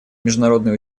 международные